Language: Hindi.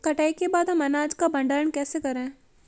कटाई के बाद हम अनाज का भंडारण कैसे करें?